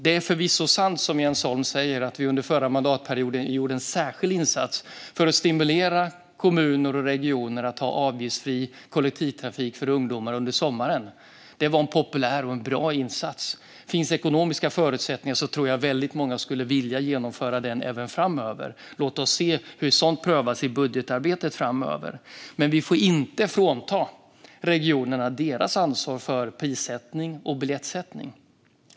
Det är förvisso sant som Jens Holm säger att vi under förra mandatperioden gjorde en särskild insats för att stimulera kommuner och regioner att ha avgiftsfri kollektivtrafik för ungdomar under sommaren. Det var en populär och bra insats. Finns det ekonomiska förutsättningar tror jag att väldigt många skulle vilja genomföra detta även i framtiden. Låt oss se hur sådant prövas i budgetarbetet framöver. Men vi får inte frånta regionerna deras ansvar för prissättning och biljetter.